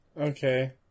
Okay